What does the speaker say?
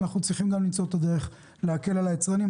אנחנו צריכים גם למצוא את הדרך להקל על היצרנים.